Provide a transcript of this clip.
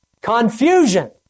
confusion